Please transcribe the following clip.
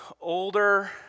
older